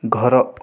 ଘର